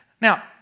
Now